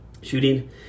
shooting